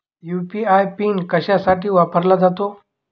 UPI PIN कशासाठी वापरला जातो?